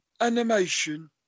Animation